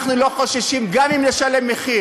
אנחנו לא חוששים, גם אם נשלם מחיר.